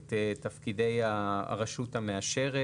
את תפקידי הרשות המאשרת.